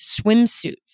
swimsuits